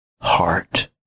heart